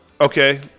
Okay